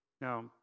Now